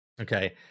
Okay